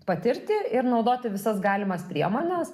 patirti ir naudoti visas galimas priemones